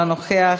אינו נוכח,